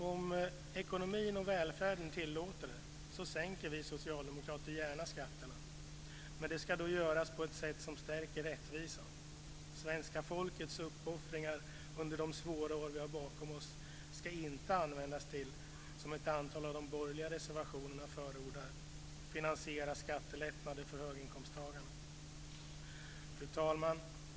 Om ekonomin och välfärden tillåter det sänker vi socialdemokrater gärna skatterna. Men det ska då göras på ett sätt som stärker rättvisan. Svenska folkets uppoffringar under de svåra år vi har bakom oss ska inte användas till - som ett antal av de borgerliga reservationerna förordar - att finansiera skattelättnader för höginkomsttagarna. Fru talman!